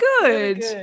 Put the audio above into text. good